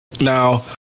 now